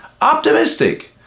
optimistic